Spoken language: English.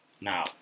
Now